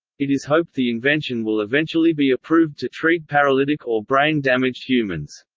it is hoped the invention will eventually be approved to treat paralytic or brain-damaged humans.